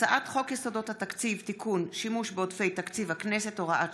הצעת חוק הסכמים לנשיאת עוברים (אישור הסכם ומעמד היילוד) (תיקון,